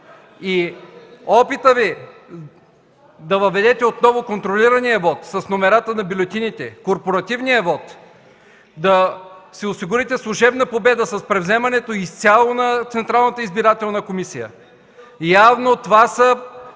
Опитът Ви да въведете отново контролирания вот с номерата на бюлетините, корпоративния вот, да си осигурите служебна победа с превземането изцяло на Централната